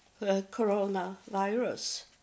coronavirus